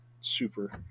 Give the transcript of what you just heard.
super